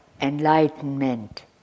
enlightenment